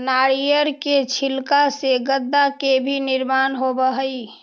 नारियर के छिलका से गद्दा के भी निर्माण होवऽ हई